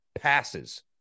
passes